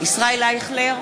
ישראל אייכלר,